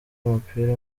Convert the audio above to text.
w’umupira